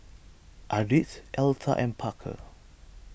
Ardith Elsa and Parker